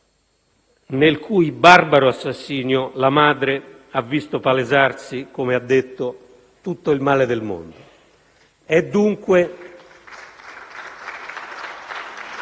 nel cui barbaro assassinio la madre ha visto palesarsi, come ha detto, «tutto il male del mondo».